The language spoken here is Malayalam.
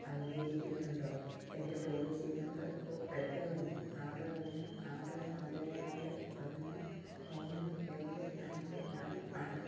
അംഗീകരിക്കുന്നുണ്ടോ എൻ്റെ പോളിസി നമ്പർ എട്ട് ഒന്ന് ആറ് ഒന്ന് ആറ് നാല് നാല് ഒന്ന് മൂന്ന് ഏഴ് അഞ്ച് നാല് ആണ്